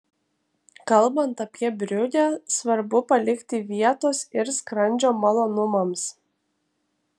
kalbant apie briugę svarbu palikti vietos ir skrandžio malonumams